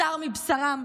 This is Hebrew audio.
בשר מבשרם,